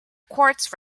quartz